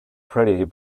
pretty